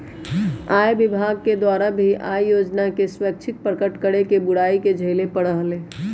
आय विभाग के द्वारा भी आय योजना के स्वैच्छिक प्रकट करे के बुराई के झेले पड़ा हलय